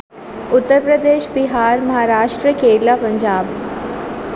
Uttar Pradesh Bihar Maharashtra Kerala Punjab